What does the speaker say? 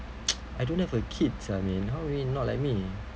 I don't have a kids uh min how you know not like me